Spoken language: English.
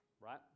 right